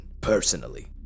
Personally